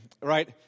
Right